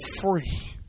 free